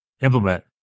implement